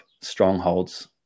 strongholds